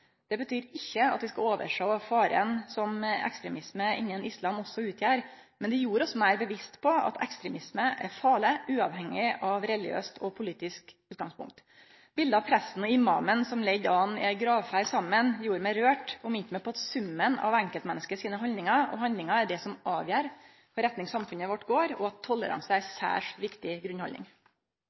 Det betyr ikkje at vi skal oversjå faren som ekstremisme innan islam også utgjer, men det gjorde oss meir bevisste på at ekstremisme er farleg uavhengig av religiøst og politisk utgangspunkt. Biletet av presten og imamen som leidde an i ei gravferd saman, gjorde meg rørt og minte meg på at det er summen av enkeltmenneske sine haldningar og handlingar som avgjer kva retning samfunnet vårt går i, og at toleranse er ei særs viktig